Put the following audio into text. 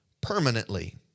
permanently